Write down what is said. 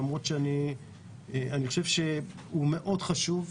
למרות שאני חושב שהוא מאוד חשוב,